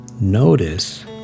Notice